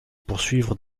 poursuivre